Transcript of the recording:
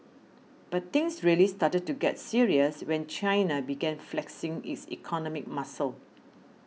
but things really started to get serious when China began flexing its economic muscle